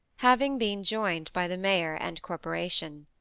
having been joined by the mayor and corporation.